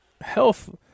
health